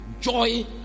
joy